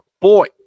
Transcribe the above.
boy